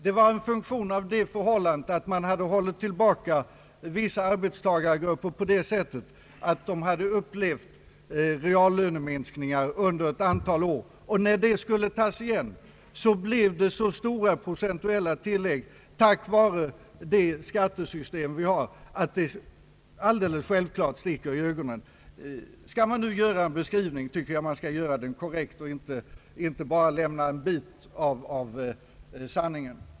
Det var en funktion av det förhållandet att man hade hållit tillbaka vissa arbetstagargrupper på det sättet, att de hade åsamkats reallöneminskningar under ett antal år, och när detta skulle tas igen blev det fråga om så stora procentuella tillägg på grund av rådande skattesystem att det alldeles självklart stack i ögonen. Skall herr Persson nu göra en beskrivning, tycker jag att den skall göras korrekt och inte bara lämna en bit av sanningen.